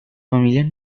familias